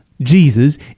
Jesus